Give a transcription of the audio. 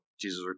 Jesus